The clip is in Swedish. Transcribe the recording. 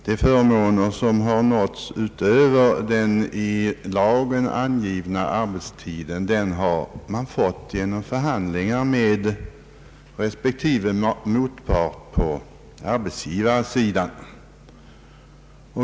De förmåner som har uppnåtts utöver den i lagen angivna arbetstidsnormen har man fått efter förhandlingar med respektive motpart på arbetsgivarsidan.